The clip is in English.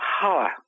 power